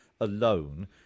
alone